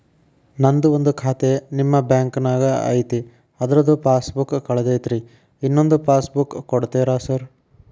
ನಂದು ಒಂದು ಖಾತೆ ನಿಮ್ಮ ಬ್ಯಾಂಕಿನಾಗ್ ಐತಿ ಅದ್ರದು ಪಾಸ್ ಬುಕ್ ಕಳೆದೈತ್ರಿ ಇನ್ನೊಂದ್ ಪಾಸ್ ಬುಕ್ ಕೂಡ್ತೇರಾ ಸರ್?